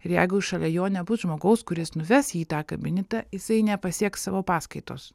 ir jeigu šalia jo nebus žmogaus kuris nuves jį į tą kabinetą jisai nepasieks savo paskaitos